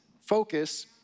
focus